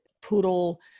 poodle